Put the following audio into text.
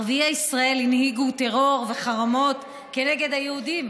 ערביי ישראל הנהיגו טרור וחרמות כנגד היהודים,